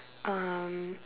um